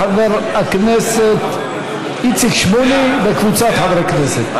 של חבר הכנסת איציק שמולי וקבוצת חברי הכנסת.